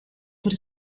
per